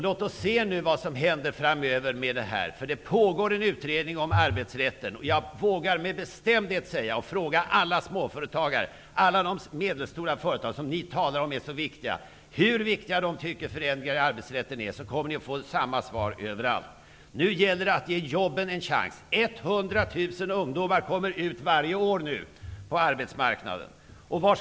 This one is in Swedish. Låt oss nu se vad som händer framöver när det gäller detta, eftersom det pågår en utredning om arbetsrätten. Jag vågar med bestämdhet säga att om ni frågar alla småföretagare och alla de medelstora företag, som ni talar om är så viktiga, hur viktiga de anser att förändringar i arbetsrätten är, kommer ni att få samma svar överallt. Nu gäller det att ge jobben en chans. 100 000 ungdomar kommer varje år ut på arbetsmarknaden. Var skall de hamna?